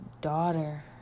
daughter